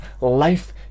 life